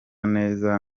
neza